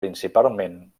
principalment